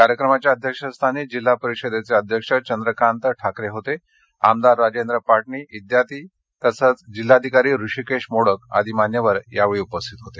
कार्यक्रमाच्या अध्यक्षस्थानी जिल्हा परिषद अध्यक्ष चंद्रकांत ठाकरेहोते आमदार राजेंद्र पाटणी आदी जिल्हाधिकारी हृषीकेश मोडक आदी मान्यवर उपस्थित होते